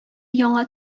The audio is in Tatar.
яңа